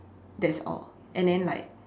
that's all and then like